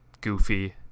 goofy